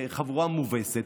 חבורה מובסת,